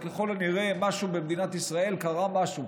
הם, ככל הנראה, במדינת ישראל, קרה משהו.